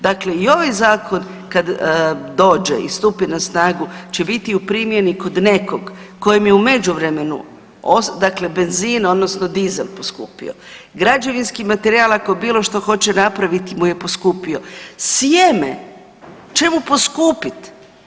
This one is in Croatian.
Dakle i ovaj zakon kad dođe i stupi na snagu će biti u primjeni kod nekog kojem je u međuvremenu benzin odnosno dizel poskupio, građevinski materijal ako bilo što hoće napraviti je poskupio, sjeme će mu poskupit.